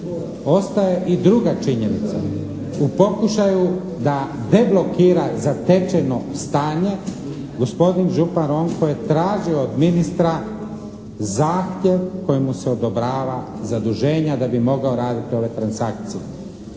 Ostaje i druga činjenica. U pokušaju da deblokira zatečeno stanje gospodin župan Ronko je tražio od ministra zahtjev kojim mu se odobrava zaduženja da bi mogao raditi ove transakcije.